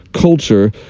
culture